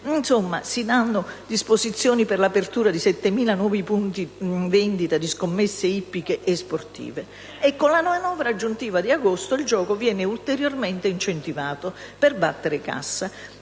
cento; si danno disposizioni per l'apertura di 7.000 nuovi punti vendita di scommesse ippiche e sportive. E con la manovra aggiuntiva di agosto il gioco viene ulteriormente incentivato per battere cassa.